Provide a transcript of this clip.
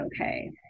okay